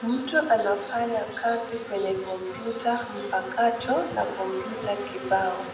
Mtu anafanya kazi kwenye kompyuta mpakato na kompyuta kibao,